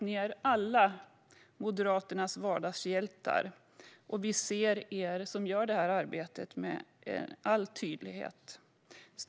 Ni är alla Moderaternas vardagshjältar och vi ser er som gör detta arbete med all tydlighet!